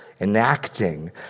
enacting